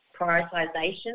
Prioritisation